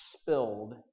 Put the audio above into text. spilled